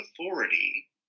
authority